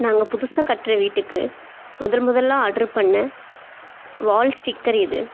நாங்கள் புதுசாக கட்டுற வீட்டுக்கு முதல் முதலாக ஆர்ட்ரு பண்ண வால் ஸ்டிக்கர் இது